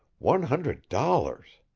one hundred dollars!